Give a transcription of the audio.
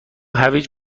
هویج